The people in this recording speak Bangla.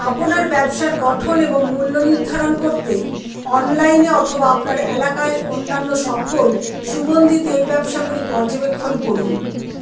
আপনার ব্যবসার গঠন এবং মূল্য নির্ধারণ করতে অনলাইনে অথবা আপনার এলাকায় অন্যান্য সফল সুগন্ধী তেল ব্যবসাগুলি পর্যবেক্ষণ করুন